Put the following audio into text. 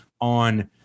on